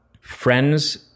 friends